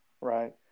right